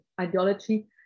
ideology